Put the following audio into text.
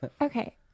Okay